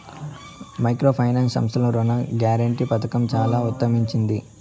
micro finance సంస్థలకు రుణ guarantee పథకం చానా ఊతమిచ్చింది